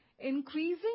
Increasing